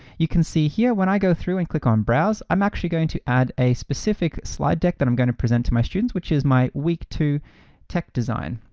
you can see here, when i go through and click on browse, i'm actually going to add a specific slide deck that i'm gonna present to my students, which is my week two tech design.